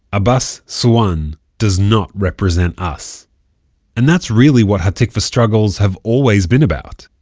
abbas suan does not represent us and that's really what ha'tikvah's struggles have always been about.